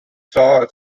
saw